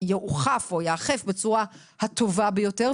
ייאכף בצורה הטובה ביותר,